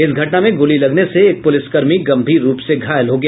इस घटना में गोली लगने से एक पुलिसकर्मी गंभीर रूप से घायल हो गया